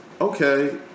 okay